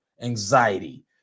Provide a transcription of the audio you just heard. anxiety